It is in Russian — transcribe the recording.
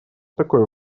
такой